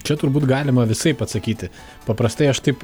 čia turbūt galima visaip atsakyti paprastai aš taip